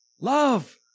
Love